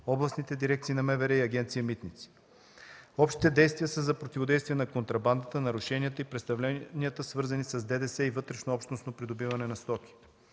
областните дирекции на МВР и Агенция „Митници“. Общите действия са за противодействие на контрабандата, нарушенията и престъпленията, свързани с ДДС и вътрешнообщностно придобиване на стоки.